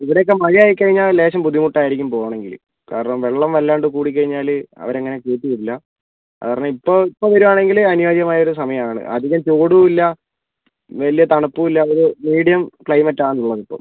ഇവിടെയൊക്കെ മഴയായി കഴിഞ്ഞാൾ ലേശം ബുദ്ധിമുട്ടായിരിക്കും പോകണമെങ്കിൽ കാരണം വെള്ളം വല്ലാണ്ട് കൂടിക്കഴിഞ്ഞാൽ അവരങ്ങനെ കയറ്റി വിടില്ല അതുകാരണം ഇപ്പോൾ ഇപ്പം വരികയാണെങ്കിൽ അനുയോജ്യമായൊരു സമയമാണ് അധികം ചൂടും ഇല്ല വലിയ തണുപ്പും ഇല്ലാത്തൊരു മീഡിയം ക്ലൈമറ്റാണ് ഉള്ളത് ഇപ്പം